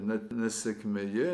net nesėkmėje